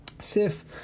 Sif